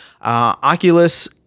oculus